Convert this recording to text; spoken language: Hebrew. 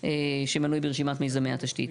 שמנוי ברשימת מיזמי התשתית".